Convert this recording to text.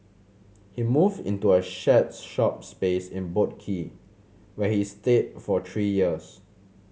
he moved into a shared shop space in Boat Quay where he stayed for three years